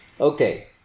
Okay